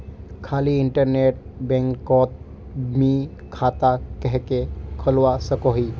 खाली इन्टरनेट बैंकोत मी खाता कन्हे खोलवा सकोही?